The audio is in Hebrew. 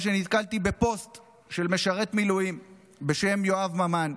שנתקלתי בפוסט של משרת מילואים בשם יואב ממן,